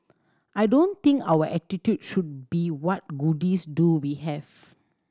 I don't think our attitude should be what goodies do we have